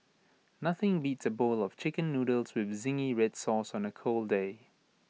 nothing beats A bowl of Chicken Noodles with Zingy Red Sauce on A cold day